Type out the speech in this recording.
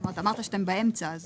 זאת אומרת, אמרת שאתם באמצע, אז